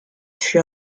fut